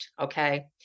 okay